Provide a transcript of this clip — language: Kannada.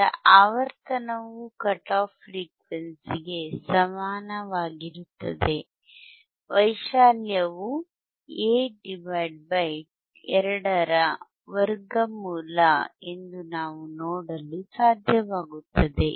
ಅದರ ಆವರ್ತನವು ಕಟ್ ಆಫ್ ಫ್ರೀಕ್ವೆನ್ಸಿ ಗೆ ಸಮವಾಗಿರುತ್ತದೆ ವೈಶಾಲ್ಯವು A 2 ರ ವರ್ಗಮೂಲ ಎಂದು ನಾವು ನೋಡಲು ಸಾಧ್ಯವಾಗುತ್ತದೆ